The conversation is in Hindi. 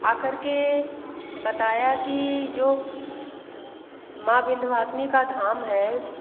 आकर के बताया कि जो माँ विंध्यवासिनी का धाम है